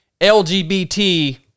LGBT